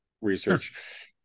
research